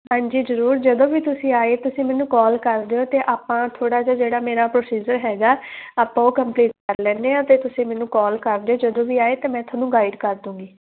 ਹਾਂਜੀ ਜ਼ਰੂਰ ਜਦੋਂ ਵੀ ਤੁਸੀਂ ਆਏ ਤੁਸੀਂ ਮੈਨੂੰ ਕਾਲ ਕਰ ਦਿਉ ਅਤੇ ਆਪਾਂ ਥੋੜ੍ਹਾ ਜਿਹਾ ਜਿਹੜਾ ਮੇਰਾ ਪ੍ਰੋਸੀਜਰ ਹੈਗਾ ਆਪਾਂ ਉਹ ਕੰਪਲੀਟ ਕਰ ਲੈਂਦੇ ਹਾਂ ਅਤੇ ਤੁਸੀਂ ਮੈਨੂੰ ਕਾਲ ਕਰ ਦਿਉ ਜਦੋਂ ਵੀ ਆਏ ਅਤੇ ਮੈਂ ਤੁਹਾਨੂੰ ਗਾਈਡ ਕਰ ਦੂੰਗੀ